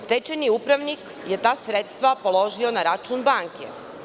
Stečajni upravnik je ta sredstva položio na račun banke.